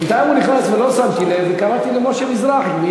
בינתיים הוא נכנס ולא שמתי לב, וקראתי למשה מזרחי.